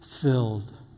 filled